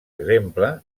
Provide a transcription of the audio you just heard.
exemple